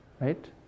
right